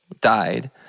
died